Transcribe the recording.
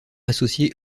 associé